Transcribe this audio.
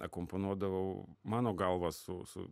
akompanuodavau mano galva su su